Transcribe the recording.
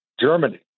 Germany